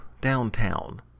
downtown